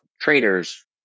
traders